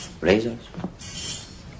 Razors